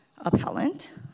appellant